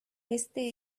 este